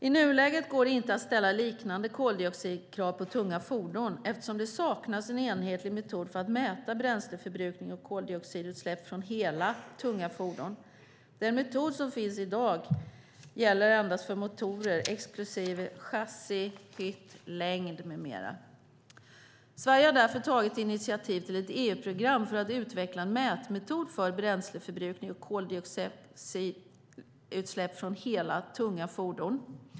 I nuläget går det inte att ställa liknande koldioxidkrav på tunga fordon eftersom det saknas en enhetlig metod för att mäta bränsleförbrukning och koldioxidutsläpp från hela tunga fordon. Den metod som finns i dag gäller endast för motorer exklusive chassi, hytt, längd med mera. Sverige har därför tagit initiativ till ett EU-program för att utveckla en mätmetod för bränsleförbrukning och koldioxidutsläpp från hela tunga fordon.